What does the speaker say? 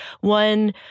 One